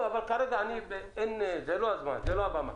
אבל כרגע זו לא הבמה.